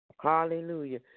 Hallelujah